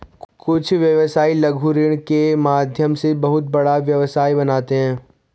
कुछ व्यवसायी लघु ऋण के माध्यम से बहुत बड़ा व्यवसाय बनाते हैं